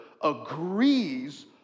agrees